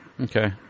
okay